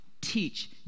teach